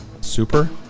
Super